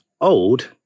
old